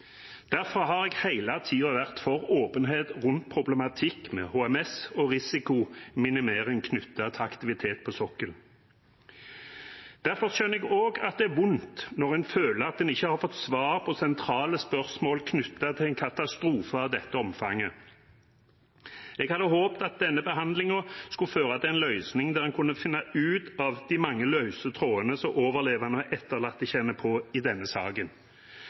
Derfor har jeg hele tiden vært for åpenhet rundt problematikk med HMS og risikominimering knyttet til aktivitet på sokkelen, og derfor skjønner jeg også at det er vondt når en føler at en ikke har fått svar på sentrale spørsmål knyttet til en katastrofe av dette omfanget. Jeg hadde håpet at denne behandlingen skulle føre til en løsning der en kunne finne ut av de mange løse trådene som overlevende og etterlatte kjenner på i denne saken.